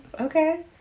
Okay